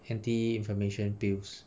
anti-inflammation pills